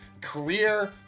career